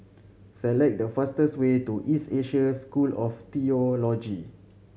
select the fastest way to East Asia School of Theology